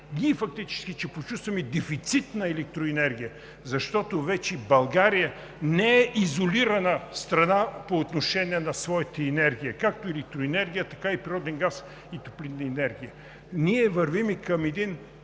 Ние фактически ще почувстваме дефицит на електроенергия, защото България вече не е изолирана страна по отношение на своята енергия – както електроенергия, така и природен газ, и топлинна енергия. Ние наистина